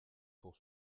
pour